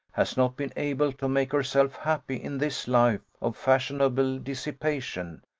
has not been able to make herself happy in this life of fashionable dissipation,